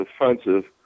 offensive